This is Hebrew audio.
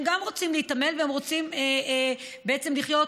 גם הם רוצים להתעמל ורוצים בעצם לחיות